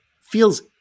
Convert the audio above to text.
feels